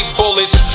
bullets